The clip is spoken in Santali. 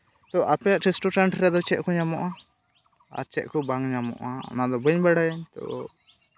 ᱛᱚ ᱟᱯᱮᱭᱟᱜ ᱨᱮᱥᱴᱩᱨᱮᱱᱴ ᱨᱮᱫᱚ ᱪᱮᱫ ᱠᱚ ᱧᱟᱢᱚᱜᱼᱟ ᱟᱨ ᱪᱮᱫ ᱠᱚ ᱵᱟᱝ ᱧᱟᱢᱚᱜᱼᱟ ᱚᱱᱟ ᱫᱚ ᱵᱟᱹᱧ ᱵᱟᱲᱟᱭᱟ